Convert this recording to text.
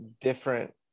different